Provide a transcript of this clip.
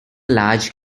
large